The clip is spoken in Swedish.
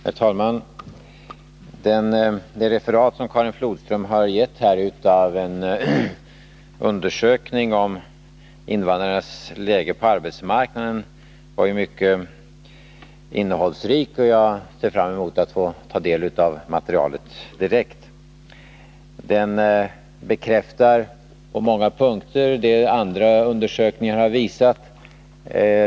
Herr talman! Det referat som Karin Flodström har gett här av en undersökning beträffande invandrarnas läge på arbetsmarknaden var mycket innehållsrikt. Jag ser fram emot att få ta del av materialet direkt. Undersökningen bekräftar på många punkter vad andra undersökningar har visat.